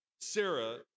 Sarah